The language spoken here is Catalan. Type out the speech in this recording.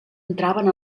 entraven